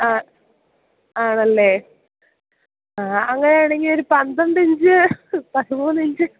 ആ ആണല്ലേ ആ അങ്ങനെ ആണെങ്കിൽ ഒരു പന്ത്രണ്ടിഞ്ച് പതിമൂന്നിഞ്ച്